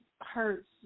hurts